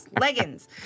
Leggings